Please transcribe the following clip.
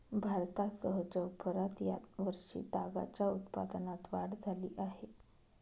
भारतासह जगभरात या वर्षी तागाच्या उत्पादनात वाढ झाली आहे